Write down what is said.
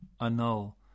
annul